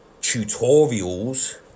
tutorials